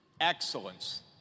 excellence